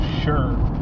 sure